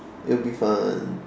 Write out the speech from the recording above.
it'll be fun